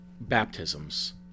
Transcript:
Baptisms